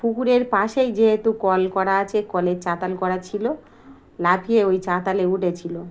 পুকুরের পাশেই যেহেতু কল করা আছে কলের চাতাল করা ছিলো লাফিয়ে ওই চাতালে উঠেছিলো